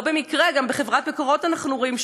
לא במקרה גם בחברת "מקורות" אנחנו רואים,